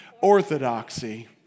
Orthodoxy